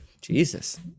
Jesus